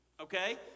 okay